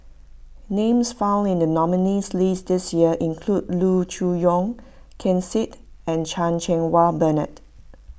names found in the nominees' list this year include Loo Choon Yong Ken Seet and Chan Cheng Wah Bernard